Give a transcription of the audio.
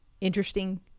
Interesting